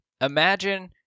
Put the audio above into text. imagine